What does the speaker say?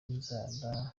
inzara